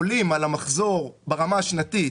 עולים על המחזור ברמה השנתית